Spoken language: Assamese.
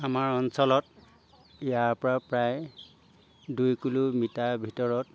আমাৰ অঞ্চলত ইয়াৰ পৰা প্ৰায় দুই কিলোমিটাৰ ভিতৰত